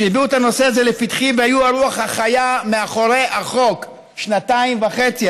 שהביאו את הנושא הזה לפתחי והיו הרוח החיה מאחורי החוק שנתיים וחצי,